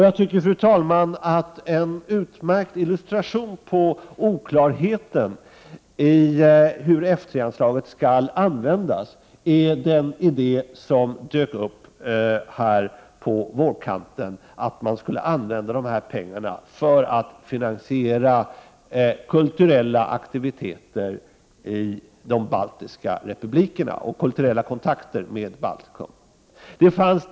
Jag tycker, fru talman, att en utmärkt illustration på oklarheten i hur F 3-anslaget skall användas är den idé som dök upp här på vårkanten, nämligen att pengarna skulle användas för att finansiera kulturella aktiviteter och kulturella kontakter med de baltiska republikerna.